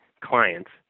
clients